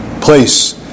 place